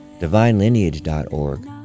divinelineage.org